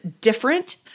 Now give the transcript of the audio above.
different